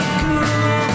cool